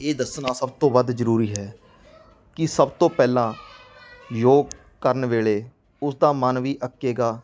ਇਹ ਦੱਸਣਾ ਸਭ ਤੋਂ ਵੱਧ ਜ਼ਰੂਰੀ ਹੈ ਕਿ ਸਭ ਤੋਂ ਪਹਿਲਾਂ ਯੋਗ ਕਰਨ ਵੇਲੇ ਉਸ ਦਾ ਮਨ ਵੀ ਅੱਕੇਗਾ